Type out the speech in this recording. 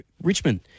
richmond